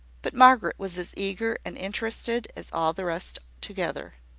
but margaret was as eager and interested as all the rest together.